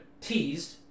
teased